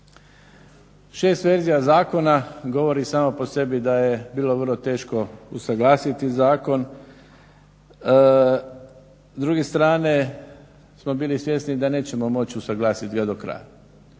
Šest verzija zakona govori samo po sebi da je bilo vrlo teško usuglasiti zakon. S druge strane smo bili svjesni da nećemo moć usuglasit ga do kraja.